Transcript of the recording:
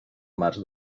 març